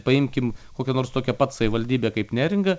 paimkim kokią nors tokią pat savivaldybę kaip neringa